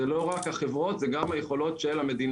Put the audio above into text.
אלה לא רק החברות אלא גם היכולות של המדינה,